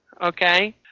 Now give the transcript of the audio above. okay